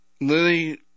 Lily